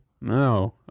No